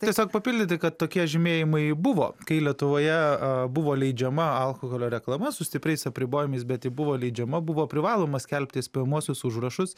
tiesiog papildyti kad tokie žymėjimai buvo kai lietuvoje buvo leidžiama alkoholio reklama su stipriais apribojimais bet ji buvo leidžiama buvo privaloma skelbti įspėjamuosius užrašus